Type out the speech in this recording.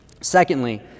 Secondly